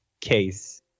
case